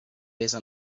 besa